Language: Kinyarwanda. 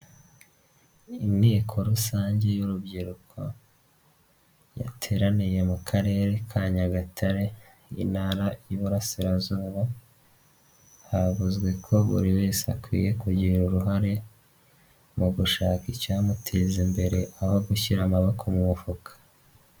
Inteko rusange y'urubyiruko yateraniye mu karere ka Nyagatare intara y'Iburasirazuba, havuzwe ko buri wese akwiye kugira uruhare mu gushaka icyamuteza imbere aho gushyira amaboko mu mufuka.